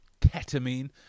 ketamine